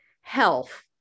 Health